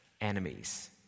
enemies